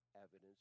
evidence